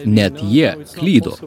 net jie klydo